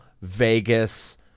Vegas